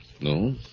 No